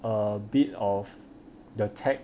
a bit of the tech